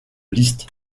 liste